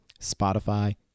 Spotify